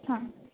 हां